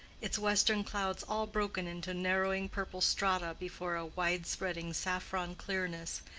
its western clouds all broken into narrowing purple strata before a wide-spreading saffron clearness,